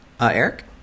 Eric